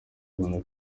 kubona